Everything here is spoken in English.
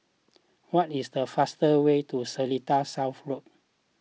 what is the fastest way to Seletar South Road